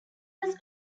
was